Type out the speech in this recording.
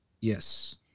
Yes